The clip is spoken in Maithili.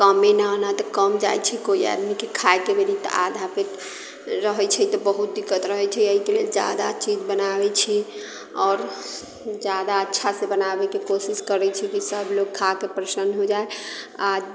कमी ना ना तऽ कम जाइत छै कोइ आदमीके खाइके बेरी तऽ आधा पेट रहैत छै तऽ बहुत दिक्कत रहैत छै एहिके लेल ज्यादा चीज बनाबैत छी आओर ज्यादा अच्छासँ बनाबैके कोशिश करैत छी कि सभ लोग खा कऽ प्रसन्न हो जाय आर